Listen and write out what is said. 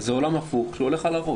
אז זה עולם הפוך שהולך על הראש.